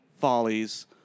Follies